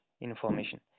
information